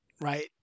right